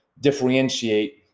differentiate